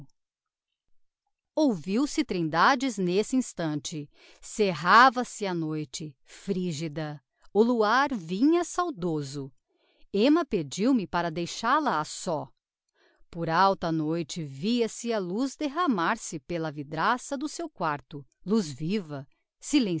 ouviu-se trindades n'esse instante cerrava se a noite frigida o luar vinha saudoso emma pediu-me para deixal-a só por alta noite via-se a luz derramar se pela vidraça do seu quarto luz viva silenciosa